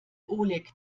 oleg